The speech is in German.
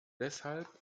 deshalb